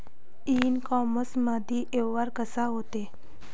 इ कामर्समंदी व्यवहार कसा होते?